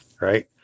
right